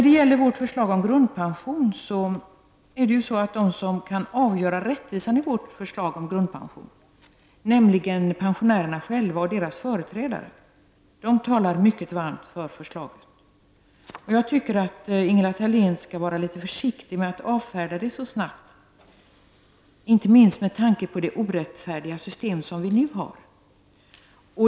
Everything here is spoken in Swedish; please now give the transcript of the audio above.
Beträffande vårt förslag om grundpension talar de som kan bedöma rättvisan i förslaget, nämligen pensionärerna själva och deras företrädare, mycket varmt för det. Jag tycker att Ingela Thalén skall vara litet försiktig med att avfärda det så snabbt, inte minst med tanke på det orättfärdiga system som vi nu har.